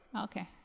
okay